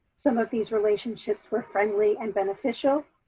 some of these relationships were friendly and beneficial.